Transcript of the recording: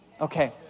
Okay